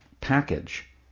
package